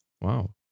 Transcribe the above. Wow